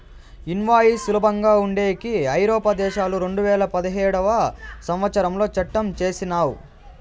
invoice సులభంగా ఉండేకి ఐరోపా దేశాలు రెండువేల పదిహేడవ సంవచ్చరంలో చట్టం చేసినయ్